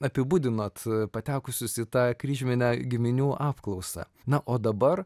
apibūdinate patekusius į tą kryžminę giminių apklausą na o dabar